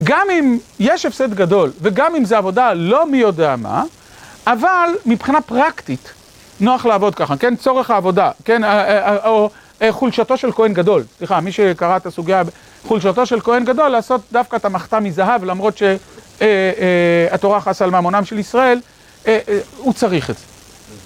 גם אם יש הפסד גדול, וגם אם זו עבודה לא מי יודע מה, אבל מבחינה פרקטית, נוח לעבוד ככה, כן? צורך העבודה, כן? או חולשתו של כהן גדול, סליחה, מי שקרא את הסוגיה, חולשתו של כהן גדול, לעשות דווקא את המחתה מזהב, למרות שהתורה חסה על מהמונם של ישראל, הוא צריך את זה.